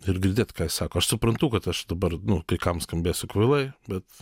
ir girdėt ką jis sako aš suprantu kad aš dabar nu kai kam skambėsiu kvailai bet